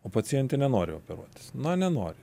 o pacientė nenori operuotis na nenori